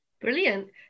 Brilliant